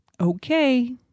okay